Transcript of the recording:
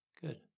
Good